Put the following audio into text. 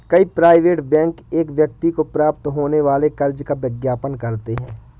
कई private bank एक व्यक्ति को प्राप्त होने वाले कर्ज का विज्ञापन करते हैं